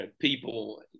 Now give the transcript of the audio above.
people